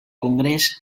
congrés